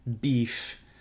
beef